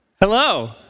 Hello